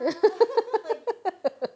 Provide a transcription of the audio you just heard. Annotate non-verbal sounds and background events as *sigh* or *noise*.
*laughs*